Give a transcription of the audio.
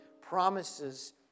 promises